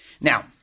Now